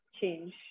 change